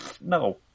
No